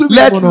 let